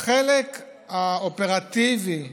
בחלק האופרטיבי,